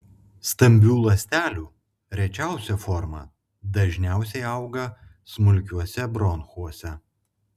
stambių ląstelių rečiausia forma dažniausiai auga smulkiuose bronchuose